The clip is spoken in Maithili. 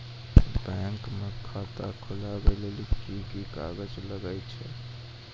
बैंक म खाता खोलवाय लेली की की कागज लागै छै?